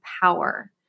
power